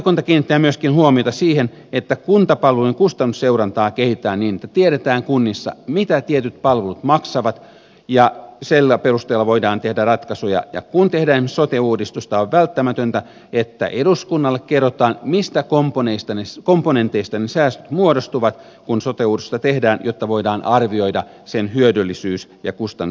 valiokunta kiinnittää myöskin huomiota siihen että kuntapalvelujen kustannusseurantaa kehitetään niin että tiedetään kunnissa mitä tietyt palvelut maksavat ja sillä perusteella voidaan tehdä ratkaisuja ja kun tehdään esimerkiksi sote uudistusta on välttämätöntä että eduskunnalle kerrotaan mistä komponenteista ne säästöt muodostuvat kun sote uudistusta tehdään jotta voidaan arvioida sen hyödyllisyys ja kustannuksia säästävä vaikutus